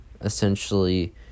essentially